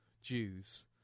Jews